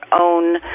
own